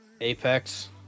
Apex